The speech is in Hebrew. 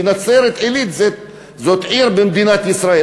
שנצרת-עילית זאת עיר במדינת ישראל.